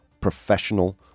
professional